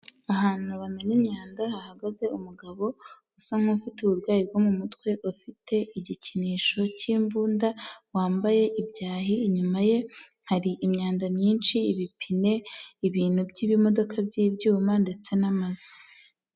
Ahantu bamena imyanda hahagaze umugabo usa nk'ufite uburwayi bwo mu mutwe, ufite igikinisho cy'imbunda, wambaye ibyahi. Inyuma ye hari imyanda myinshi, ibipine, ibintu by'ibimodoka by'ibyuma ndetse n'amazu.